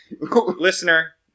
Listener